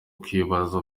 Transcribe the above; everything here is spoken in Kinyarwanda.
ukwibaza